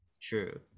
true